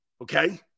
Okay